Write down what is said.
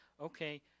okay